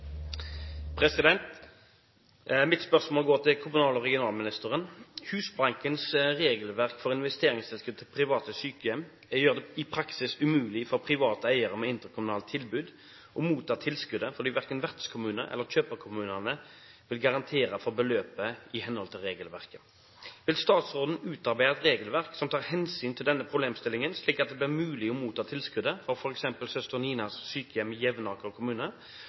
går til kommunal- og regionalministeren: «Husbankens regelverk for investeringstilskudd til private sykehjem gjør det i praksis umulig for private eiere med interkommunalt tilbud å motta tilskuddet, fordi hverken vertskommune eller kjøperkommunene vil garantere for beløpet i henhold til regelverket. Vil statsråden utarbeide et regelverk som tar hensyn til denne problemstillingen, slik at det blir mulig å motta tilskuddet for f.eks. Søster Ninas Sykehjem i Jevnaker